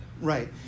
Right